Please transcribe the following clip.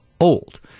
old